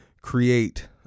create